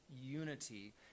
unity